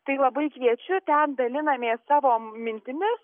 tai labai kviečiu ten dalinamės savo mintimis